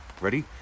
ready